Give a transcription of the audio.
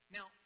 Now